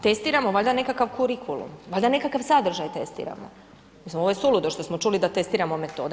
Testiramo valjda nekakav kurikulum, valjda nekakav sadržaj testiramo, mislim ovo je suludo što smo čuli da testiramo metode.